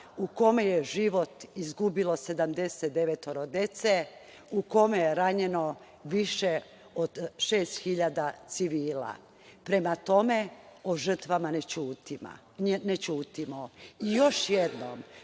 u kome je život izgubilo sedamdeset devetoro dece, u kome je ranjeno više od 6.000 civila. Prema tome, o žrtvama ne ćutimo i još jednom